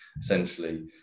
essentially